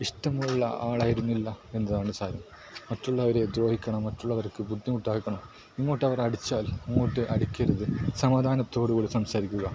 ഇഷ്ടമുള്ള ആളായിരുന്നില്ല എന്നതാണ് സാരം മറ്റുള്ളവരെ ദ്രോഹിക്കണം മറ്റുള്ളവർക്ക് ബുദ്ധിമുട്ടാക്കണം ഇങ്ങോട്ട് അടിച്ചാൽ അങ്ങോട്ട് അടിക്കരുത് സമാധാനത്തോടു കൂടി സംസാരിക്കുക